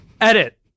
Edit